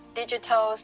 digital